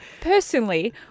Personally